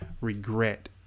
regret